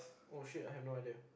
oh shit I have no idea